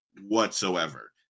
whatsoever